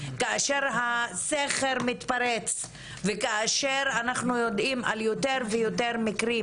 כאשר הסכר מתפרץ וכאשר אנחנו יודעים על יותר ויותר מקרים